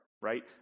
right